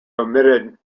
omitted